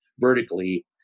vertically